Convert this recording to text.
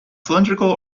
cylindrical